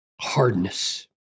hardness